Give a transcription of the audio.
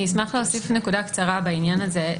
אני אשמח להוסיף נקודה קצרה בעניין הזה.